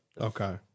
Okay